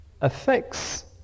affects